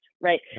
Right